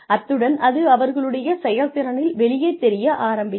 அத்துடன் அது அவர்களுடைய செயல்திறனில் வெளியே தெரிய ஆரம்பிக்கும்